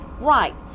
Right